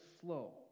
slow